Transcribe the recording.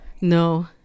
No